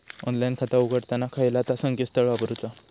Online खाता उघडताना खयला ता संकेतस्थळ वापरूचा?